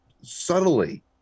subtly